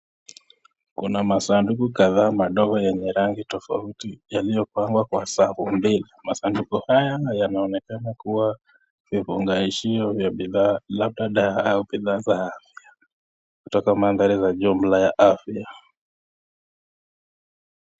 Kuna masanduku kadhaa madogo yenye rangi tofauti yaliyopangwa kwa safu mbili, masanduku haya yanaonekana kuwa vifunganishio ya bidhaa labda dawa au bidhaa za afya kutoka mandhari ya jumla ya afya.